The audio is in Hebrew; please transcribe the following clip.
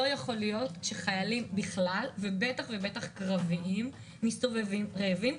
לא יכול להיות שחיילים בכלל ובטח ובטח קרביים מסתובבים רעבים.